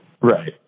Right